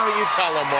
you tell them